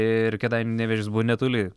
ir kėdainių nevėžis buvo netoli